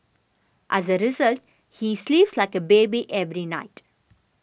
as a result he sleeps like a baby every night